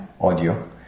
audio